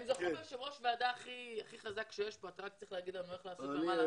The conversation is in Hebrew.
אתה רק צריך להגיד לנו איך לעשות ומה לעשות.